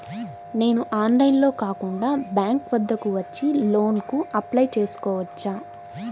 నేను ఆన్లైన్లో కాకుండా బ్యాంక్ వద్దకు వచ్చి లోన్ కు అప్లై చేసుకోవచ్చా?